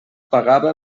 pagava